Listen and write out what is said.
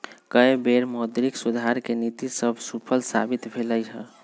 कय बेर मौद्रिक सुधार के नीति सभ सूफल साबित भेलइ हन